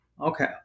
Okay